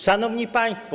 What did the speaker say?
Szanowni Państwo!